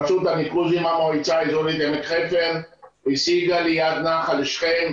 רשות הניקוז עם המועצה האזורית עמק חפר השיגה ליד נחל שכם,